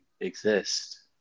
exist